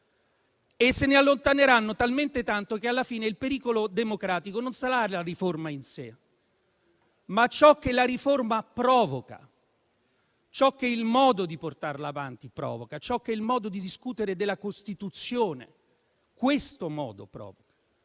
e se ne allontaneranno talmente tanti che, alla fine, il pericolo democratico sarà non la riforma in sé, ma ciò che essa provoca, ciò che il modo di portarla avanti provoca, ciò che questo modo di discutere della Costituzione provoca.